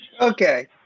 Okay